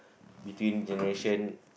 between generation